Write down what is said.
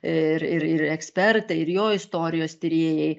ir ir ir ekspertai ir jo istorijos tyrėjai